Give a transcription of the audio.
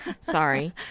Sorry